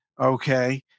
okay